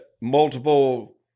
multiple